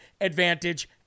advantage